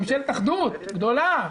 שממשלת האחדות הגדולה,